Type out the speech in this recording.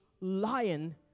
lion